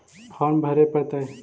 Farm भरे परतय?